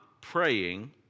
praying